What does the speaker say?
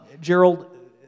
Gerald